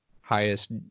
highest